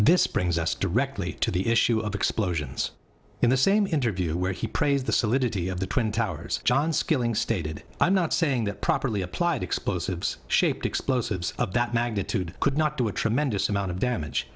this brings us directly to the issue of explosions in the same interview where he praised the solidity of the twin towers john skilling stated i'm not saying that properly applied explosives shaped explosives of that magnitude could not do a tremendous amount of damage